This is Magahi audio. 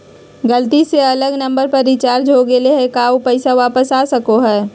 गलती से अलग नंबर पर रिचार्ज हो गेलै है का ऊ पैसा वापस आ सको है?